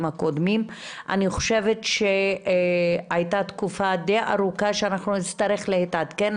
הקודמים - אני חושבת שהייתה תקופה די ארוכה שאנחנו נצטרך להתעדכן.